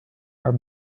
are